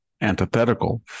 antithetical